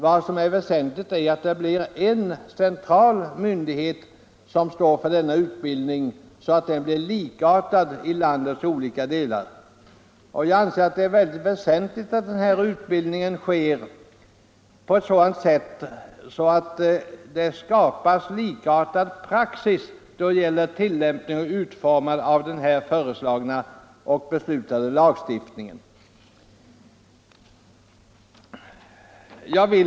Vad som är väsentligt är att det blir en central myndighet som står för denna, så att den blir likartad i landets olika delar. Jag anser att det är mycket väsentligt att denna utbildning bedrivs på ett sådant sätt att en likartad praxis skapas då det gäller tillämpningen av den genomförda lagstiftningen.